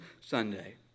Sunday